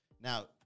Now